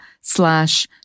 slash